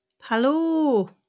Hello